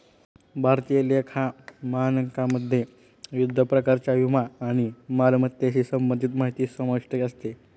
भारतीय लेखा मानकमध्ये विविध प्रकारच्या विमा आणि मालमत्तेशी संबंधित माहिती समाविष्ट असते